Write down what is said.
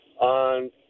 on